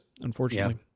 unfortunately